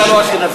אתה לא אשכנזי.